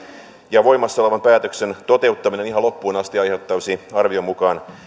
ja voimassa olevan päätöksen toteuttaminen ihan loppuun asti aiheuttaisi